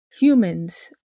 humans